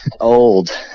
old